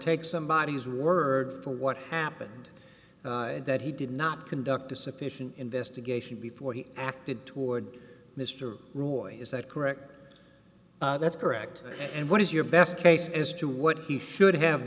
take somebody whose word for what happened that he did not conduct a sufficient investigation before he acted toward mr rule is that correct that's correct and what is your best case as to what he should have